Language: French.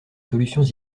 solutions